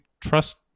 trust